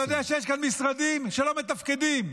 אתה יודע שיש כאן משרדים שלא מתפקדים.